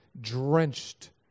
drenched